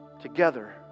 together